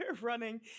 running